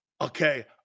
Okay